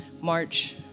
March